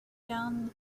down